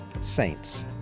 Saints